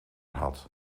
had